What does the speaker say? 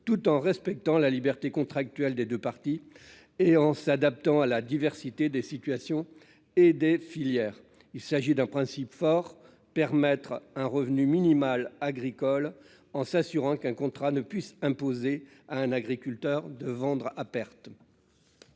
tout en respectant la liberté contractuelle des deux parties et en s'adaptant à la diversité des situations et des filières. Il s'agit d'affirmer un principe fort : permettre un revenu minimal agricole, en s'assurant qu'un contrat ne puisse imposer à un agriculteur de vendre à perte.